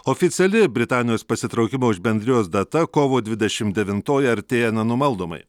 oficiali britanijos pasitraukimo iš bendrijos data kovo dvidešimt devintoji artėja nenumaldomai